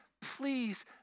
please